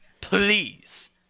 Please